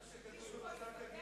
זה מה שכתוב במצע קדימה.